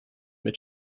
mit